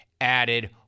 added